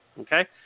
okay